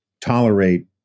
tolerate